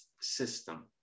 system